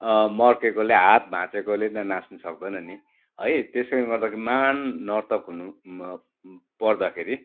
मर्किएकोले हात भाँचिएकोले त नाच्नु सक्दैन नि है त्यसैले गर्दाखेरि महान् नर्तक हुनु पर्दाखेरि